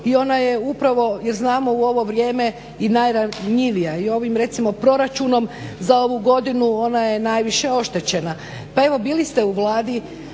i ona je upravo jer znamo u ovo vrijeme i najranjivija i ovim recimo proračunom za ovu godinu ona je najviše oštećena. Pa evo bili ste u Vladi